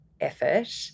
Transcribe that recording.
effort